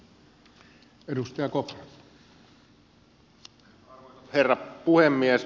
arvoisa herra puhemies